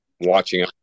watching